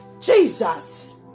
Jesus